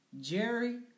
Jerry